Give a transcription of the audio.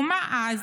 ומה אז?